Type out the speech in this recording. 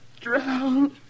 Drown